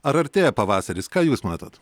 ar artėja pavasaris ką jūs matot